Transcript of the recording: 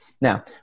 Now